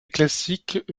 classique